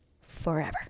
forever